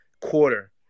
quarter